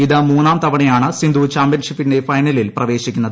ഇത് മൂന്നാം തുവണ്യൊണ് സിന്ധു ചാമ്പ്യൻഷിപ്പിന്റെ ഫൈനലിൽ പ്രവേശിക്കുന്നത്